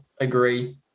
agree